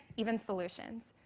even solutions.